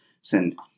send